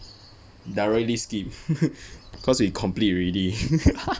directly skip cause we complete already